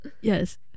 yes